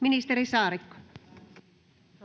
[Speech 68]